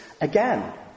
again